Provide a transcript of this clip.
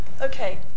Okay